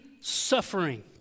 suffering